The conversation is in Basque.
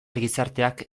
gizarteak